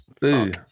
Boo